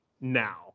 now